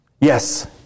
Yes